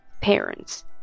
parents